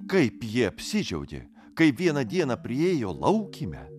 kaip ji apsidžiaugė kai vieną dieną priėjo laukymę